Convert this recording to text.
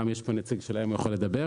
יש פה גם נציג שלהם, הוא יכול לדבר.